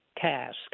task